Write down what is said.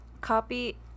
copy